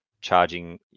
charging